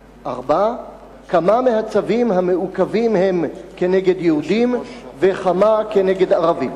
4. כמה מהצווים המעוכבים הם כנגד יהודים וכמה כנגד ערבים?